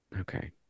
okay